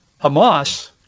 Hamas